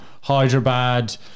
Hyderabad